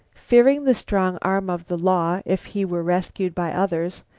fearing the strong arm of the law if he were rescued by others,